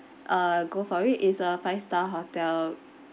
err go for it it's a five star hotel